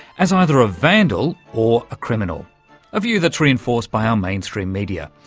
as either a vandal or a criminal a view that's reinforced by our mainstream media.